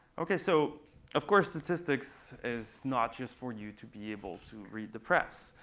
ok, so of course, statistics is not just for you to be able to read the press.